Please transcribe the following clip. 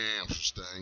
interesting